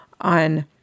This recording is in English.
on